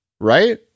right